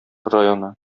районы